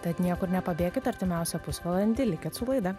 tad niekur nepabėkit artimiausią pusvalandį likit su laida